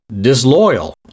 disloyal